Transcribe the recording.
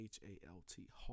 H-A-L-T